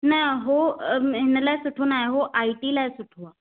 न हो इन लाइ सुठो न आहे हो आई टी लाइ सुठो आहे